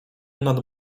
nad